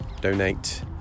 donate